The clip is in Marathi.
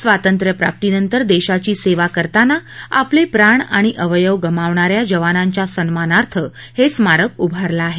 स्वातंत्र्यप्राप्तीनंतर देशाची सेवा करताना आपले प्राण किंवा अवयव गमावणाऱ्या जवानांच्या सन्मानार्थ हे स्मारक उभारलं आहे